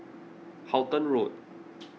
Halton Road